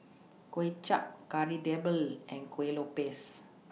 Kuay Chap Kari Debal and Kuih Lopes